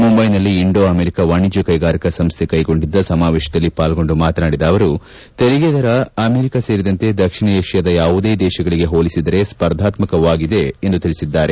ಮುಂಬೈನಲ್ಲಿ Indo America ವಾಣಿಜ್ಯ ಕೈಗಾರಿಕ ಸಂಸ್ಥೆ ಕೈಗೊಂಡಿದ್ದ ಸಮಾವೇಶದಲ್ಲಿ ಪಾಲ್ಗೊಂಡು ಮಾತನಾಡಿ ಅವರು ತೆರಿಗೆ ದರ ಅಮೆರಿಕ ಸೇರಿದಂತೆ ದಕ್ಷಿಣ ಏಷ್ಕಾದ ಯಾವುದೇ ದೇಶಗಳಿಗೆ ಹೋಲಿಸಿದರೆ ಅದು ಸ್ಪರ್ಧಾತ್ಮಾಕವಾಗಿದೆ ಎಂದು ಅವರು ತಿಳಿಸಿದ್ದಾರೆ